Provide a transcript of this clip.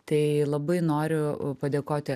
tai labai noriu padėkoti